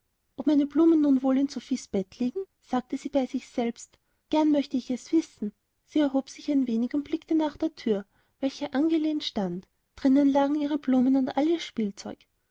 meine blumen nun wohl in sophiens bett liegen sagte sie bei sich selbst gern möchte ich es wissen sie erhob sich ein wenig und blickte nach der thür welche angelehnt stand drinnen lagen ihre blumen und all ihr spielzeug